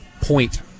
point